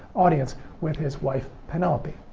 audience with his wife, penelope.